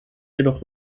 jedoch